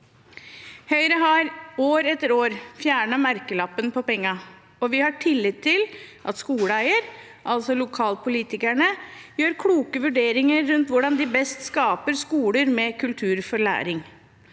år har Høyre fjernet merkelappen på pengene, og vi har tillit til at skoleeierne, altså lokalpolitikerne, gjør kloke vurderinger rundt hvordan de best skaper skoler med kultur for læring.